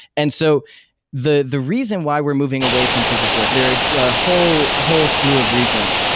and so the the reason why we're moving away from proof of work, there are a whole whole slew of reasons.